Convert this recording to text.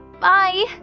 Bye